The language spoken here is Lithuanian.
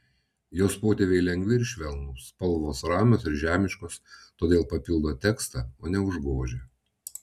jos potėpiai lengvi ir švelnūs spalvos ramios ir žemiškos todėl papildo tekstą o ne užgožia